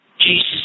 Jesus